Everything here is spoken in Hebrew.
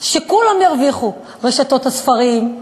שכולם ירוויחו: רשתות הספרים,